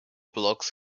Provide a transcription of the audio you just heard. blocks